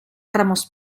ramos